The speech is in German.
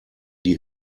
die